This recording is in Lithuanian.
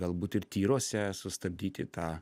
galbūt ir tyruose sustabdyti tą